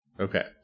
Okay